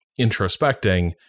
introspecting